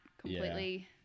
completely –